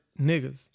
niggas